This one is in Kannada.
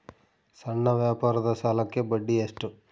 ಸಣ್ಣ ವ್ಯಾಪಾರದ ಸಾಲಕ್ಕೆ ಬಡ್ಡಿ ಎಷ್ಟು?